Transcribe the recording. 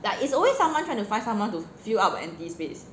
like it's always someone trying to find someone to fill up an empty space